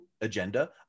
agenda